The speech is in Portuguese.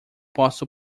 posso